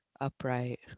upright